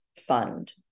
fund